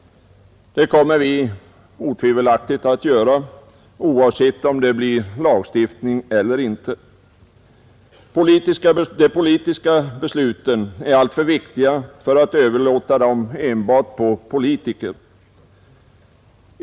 Det kommer vi otvivelaktigt att göra, oavsett om det blir en lagstiftning eller inte. De politiska besluten är alltför viktiga för att de skall överlåtas till enbart politikerna.